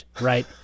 Right